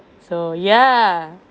so ya